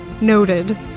Noted